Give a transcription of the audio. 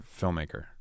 filmmaker